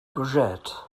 courgette